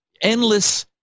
endless